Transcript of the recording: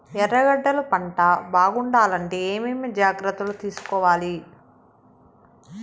ఎర్రగడ్డలు పంట బాగుండాలంటే ఏమేమి జాగ్రత్తలు తీసుకొవాలి?